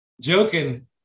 joking